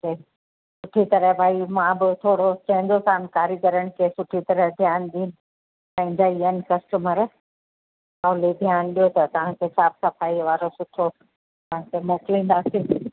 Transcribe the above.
तव्हांखे सुठी तरह भई मां बि थोरो चेंदोसांन कारीगरनि खे सुठी तरह ध्यानु ॾींयनि पंहिंजा ई आहिनि कस्टमर त ओॾे ध्यानु ॾियो त तव्हांखे साफ़ सफ़ाई वारो सुठो तव्हांखे मोकलींदासी